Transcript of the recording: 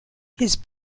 his